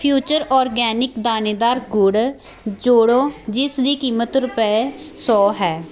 future organic ਦਾਣੇਦਾਰ ਗੁੜ ਜੋੜੋ ਜਿਸ ਦੀ ਕੀਮਤ ਰੁਪਏ ਸੌ ਹੈ